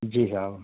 جی صاحب